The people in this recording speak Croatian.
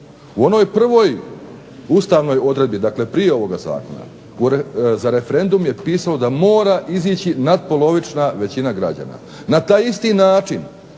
U onoj prvoj ustavnoj odredbi, dakle prije ovoga zakona, za referendum je pisalo da mora izići natpolovična većina građana. Na taj isti način,